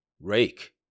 Rake